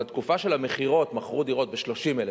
בתקופה של המכירות מכרו דירות ב-30,000,